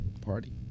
party